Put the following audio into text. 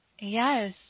Yes